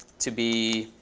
to be,